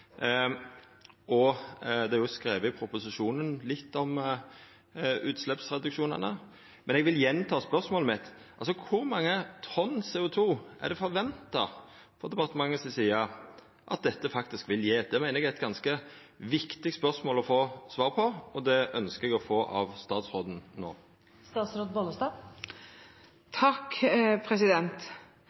Det er jo skrive litt i proposisjonen om utsleppsreduksjonane. Men eg vil gjenta spørsmålet mitt: Kor mange tonn CO 2 er det forventa frå departementet si side at dette faktisk vil gje? Det meiner eg er eit ganske viktig spørsmål å få svar på, og det ønskjer eg å få av statsråden